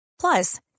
Plus